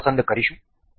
આપણે હિંજ પસંદ કરીશું